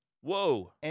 Whoa